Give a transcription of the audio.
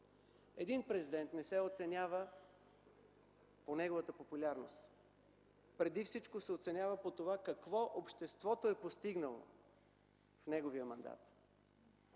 Един президент не се оценява по неговата популярност. Преди всичко се оценява по това какво обществото е постигнало в неговия мандат.